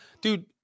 dude